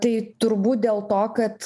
tai turbūt dėl to kad